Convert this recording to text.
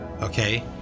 okay